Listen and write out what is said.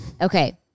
Okay